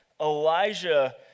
Elijah